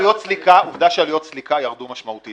עובדה שעלויות סליקה ירדו משמעותית.